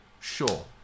sure